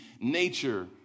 nature